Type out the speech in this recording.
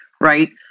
right